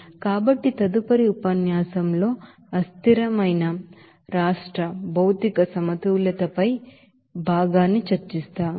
కాబట్టి తదుపరి ఉపన్యాసం అంస్టడీ స్టేట్ మెటీరియల్ బాలన్స్ పై భాగాన్ని చర్చిస్తాము